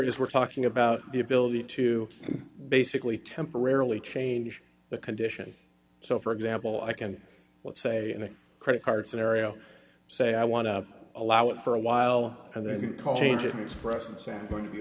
is we're talking about the ability to basically temporarily change the condition so for example i can say in a credit card scenario say i want to allow it for a while and then